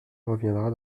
reviendra